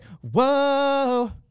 whoa